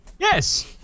Yes